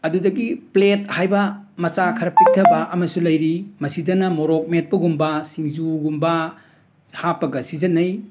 ꯑꯗꯨꯗꯒꯤ ꯄ꯭ꯂꯦꯠ ꯍꯥꯏꯕ ꯃꯆꯥ ꯈꯔ ꯄꯤꯛꯊꯕ ꯑꯃꯁꯨ ꯂꯩꯔꯤ ꯃꯁꯤꯗꯅ ꯃꯣꯔꯣꯛ ꯃꯦꯠꯄꯒꯨꯝꯕ ꯁꯤꯡꯖꯨꯒꯨꯝꯕ ꯍꯥꯞꯄꯒ ꯁꯤꯖꯤꯟꯅꯩ